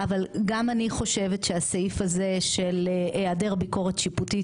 אבל גם אני חושבת שהסעיף הזה של היעדר ביקורת שיפוטית,